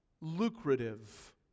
lucrative